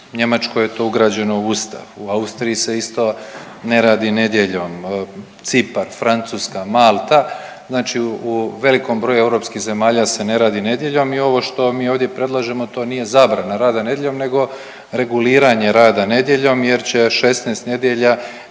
Njemačkoj je to ugrađeno u Ustav, u Austriji se isto ne radi nedjeljom, Cipar, Francuska, Malta. Znači u velikom broju europskih zemalja se ne radi nedjeljom i ovo što mi ovdje predlažemo to nije zabrana rada nedjeljom nego reguliranje rada nedjeljom jer će 16 nedjelja